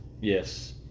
Yes